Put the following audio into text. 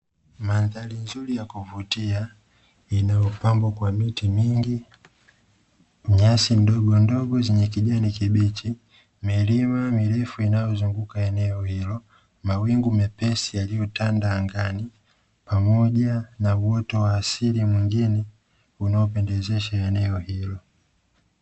Mandhari nzuri ya kuvutia, inayopangwa kwa miti mingi, nyasi ndogo ndogo zenye kijani kibichi, milima mirefu inayozunguka eneo hilo, mawingu mepesi yaliyotanda angani, pamoja na uoto wa asili mwingine unaopendezesha eneo hilo.